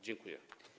Dziękuję.